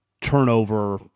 turnover –